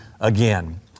again